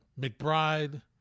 McBride